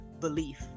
belief